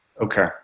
Okay